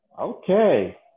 Okay